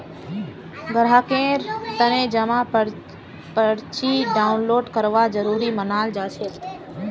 ग्राहकेर तने जमा पर्ची डाउनलोड करवा जरूरी मनाल जाछेक